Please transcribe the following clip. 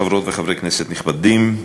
חברות וחברי כנסת נכבדים,